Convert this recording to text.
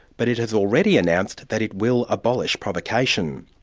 but it has already announced that it will abolish provocation.